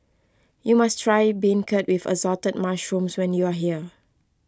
you must try Beancurd with Assorted Mushrooms when you are here